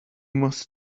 must